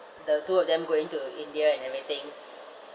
the two of them going to india and everything